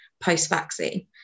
post-vaccine